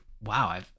wow